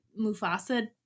Mufasa